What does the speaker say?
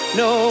no